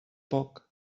poc